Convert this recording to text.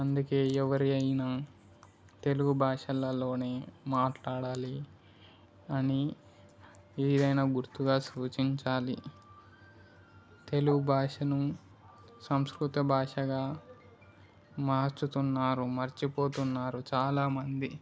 అందుకే ఎవరి అయినా తెలుగు భాషలలోనే మాట్లాడాలి అని ఏదైనా గుర్తుగా సూచించాలి తెలుగు భాషను సంస్కృత భాషగా మార్చుతున్నారు మరచిపోతున్నారు చాలా మంది